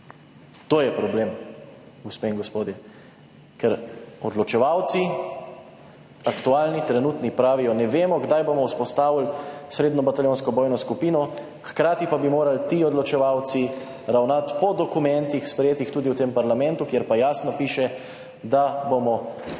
To je problem, gospe in gospodje. Ker odločevalci, aktualni, trenutni, pravijo, ne vemo, kdaj bomo vzpostavili srednjo bataljonsko bojno skupino, hkrati pa bi morali ti odločevalci ravnati po dokumentih, sprejetih tudi v tem parlamentu, kjer pa jasno piše, da bomo